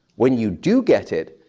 when you do get it,